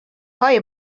های